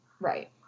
right